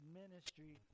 ministry